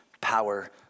power